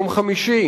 ביום חמישי